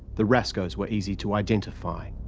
the raskos were easy to identify.